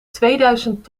tweeduizend